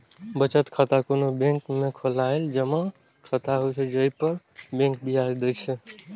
बचत खाता कोनो बैंक में खोलाएल जमा खाता होइ छै, जइ पर बैंक ब्याज दै छै